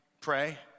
pray